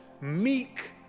meek